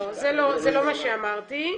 זה לא מה שאמרתי.